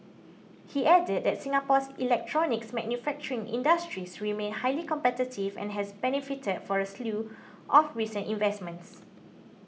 he added that Singapore's electronics manufacturing industry remained highly competitive and has benefited from a slew of recent investments